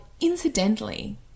Incidentally